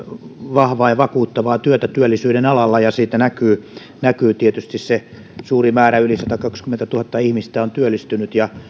vahvaa ja vakuuttavaa työtä työllisyyden alalla ja siitä näkyy tietysti se että suuri määrä yli satakaksikymmentätuhatta ihmistä on työllistynyt ja